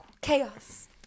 chaos